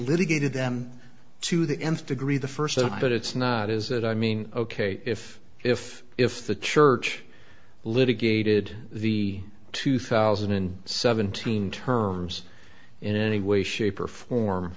litigated them to the nth degree the first set but it's not is that i mean ok if if if the church litigated the two thousand and seventeen terms in any way shape or form